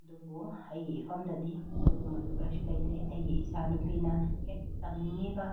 ꯑꯗꯨꯕꯨ ꯑꯩꯒꯤ ꯏꯐꯝꯗꯗꯤ ꯑꯗꯨꯒꯨꯝꯕꯗꯨ ꯀꯩꯁꯨ ꯂꯩꯇꯦ ꯑꯩꯒꯤ ꯏꯆꯥ ꯅꯨꯄꯤꯅ ꯍꯦꯛ ꯇꯝꯅꯤꯡꯉꯤꯕ